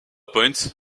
point